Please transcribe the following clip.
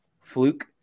fluke